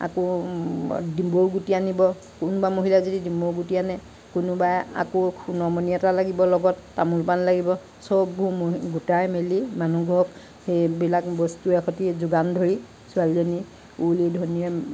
আকৌ ডিম্বৰু গুটি আনিব কোনোবা মহিলাই যদি ডিম্বৰু গুটি আনে কোনোবাই আকৌ সোনৰ মণি এটা লাগিব লগত তামোল পান লাগিব চববোৰ গোটাই মেলি মানুহবোৰক সেইবিলাক বস্তুয়ে সৈতে যোগান ধৰি ছোৱালীজনি উৰুলি ধ্বনিৰে